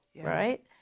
right